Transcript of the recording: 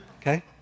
okay